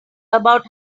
about